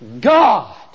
God